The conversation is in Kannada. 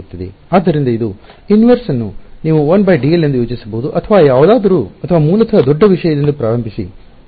ಆದ್ದರಿಂದ ಇದು ವಿಲೋಮವ ಇನ್ವರ್ಸ್ ನ್ನು ನೀವು 1dl ಎಂದು ಯೋಚಿಸಬಹುದು ಅಥವಾ ಯಾವುದಾದರೂ ಅಥವಾ ಮೂಲತಃ ದೊಡ್ಡ ವಿಷಯದಿಂದ ಪ್ರಾರಂಭಿಸಿ